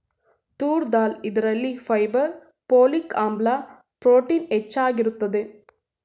ತೂರ್ ದಾಲ್ ಇದರಲ್ಲಿ fibre, folic ಆಮ್ಲ, protein ಹೆಚ್ಚಾಗಿರುತ್ತದೆ